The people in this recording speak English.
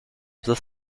this